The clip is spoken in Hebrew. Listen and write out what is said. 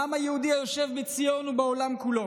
העם היהודי היושב בציון ובעולם כולו